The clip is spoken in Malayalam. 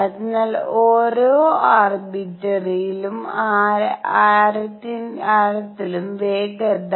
അതിനാൽ ഓരോ ആർബിട്രറിയിലും ആരത്തിലും വേഗത ∝ 1n